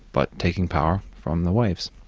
but taking power from the waves.